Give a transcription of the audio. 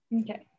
Okay